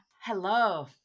Hello